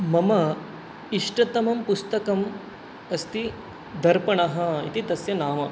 मम इष्टतमं पुस्तकम् अस्ति दर्पणः इति तस्य नाम